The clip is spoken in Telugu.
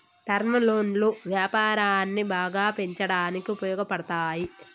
టర్మ్ లోన్లు వ్యాపారాన్ని బాగా పెంచడానికి ఉపయోగపడతాయి